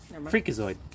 Freakazoid